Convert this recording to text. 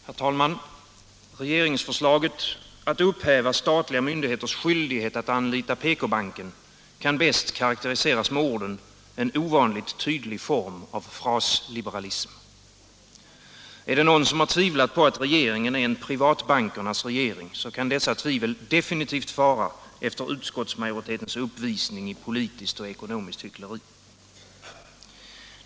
Herr talman! Regeringsförslaget att upphäva statliga myndigheters skyldighet att anlita PK-banken kan bäst karakteriseras med orden: en ovanligt tydlig form av frasliberalism. Är det någon som har tvivlat på att regeringen är en privatbankernas regering, så kan dessa tvivel definitivt fara efter utskottsmajoritetens uppvisning i politiskt och ekonomiskt hyckleri.